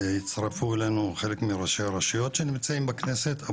יצטרפו אלינו חלק מראשי הרשויות שנמצאים בכנסת,